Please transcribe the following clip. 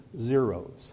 zeros